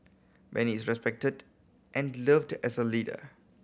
Benny is respected and loved as a leader